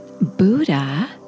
Buddha